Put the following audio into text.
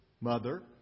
mother